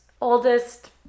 oldest